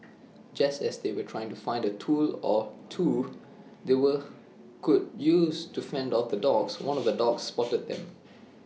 just as they were trying to find A tool or two they were could use to fend off the dogs one of the dogs spotted them